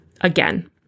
again